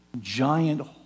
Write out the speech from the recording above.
giant